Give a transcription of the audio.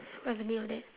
what's the name of that